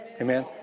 amen